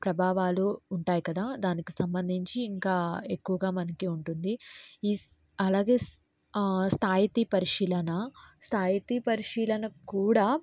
ప్రభావాలు ఉంటాయి కదా దానికి సంబంధించి ఇంకా ఎక్కువగా మనకు ఉంటుంది ఈస్ అలాగే స్ స్థాయితీ పరిశీలన స్థాయితీ పరిశీలన కూడా